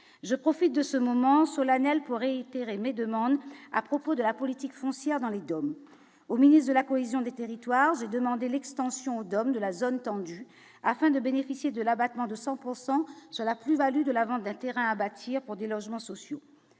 je profite de ce moment solennel pour réitérer mes demandes à propos de la politique foncière dans les Dom, au ministre de la cohésion des territoires et demandé l'extension, hommes de la zone tendue afin de bénéficier de l'abattement de 100 pourcent la plus Value de la vente d'un terrain à bâtir pour des logements sociaux